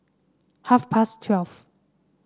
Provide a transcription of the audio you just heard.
half past twelve